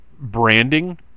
branding